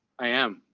i am.